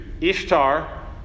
Ishtar